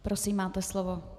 Prosím, máte slovo.